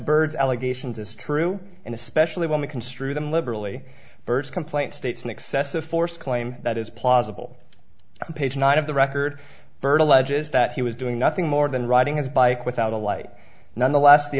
birds allegations as true and especially when we construe them liberally birds complaint states an excessive force claim that is possible page not of the record byrd alleges that he was doing nothing more than riding his bike without a light nonetheless the